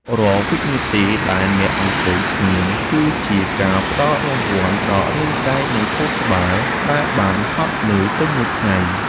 រាល់វិនាទីដែលអ្នកអង្គុយស្ងៀមគឺជាការផ្តល់រង្វាន់ដល់រាងកាយនិងខួរក្បាលដែលបានហត់នឿយពេញមួយថ្ងៃ។